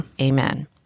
Amen